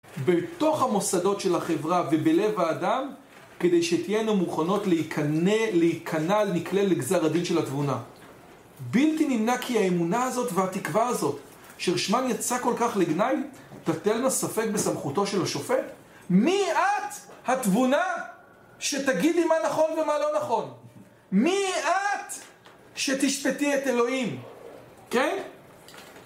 בתוך המוסדות של החברה ובלב האדם כדי שתהיינה מוכנות להיכנע, להיכנע נקלה לגזר הדין של התבונה. בלתי נמנע כי האמונה הזאת והתקווה הזאת ששמן יצא כל כך לגנאי תטלנה ספק בסמכותו של השופט? מי את התבונה שתגידי מה נכון ומה לא נכון? מי את שתשפטי את אלוהים? כן?